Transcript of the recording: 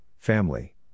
family